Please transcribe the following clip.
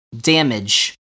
damage